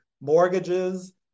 Mortgages